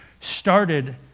started